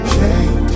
change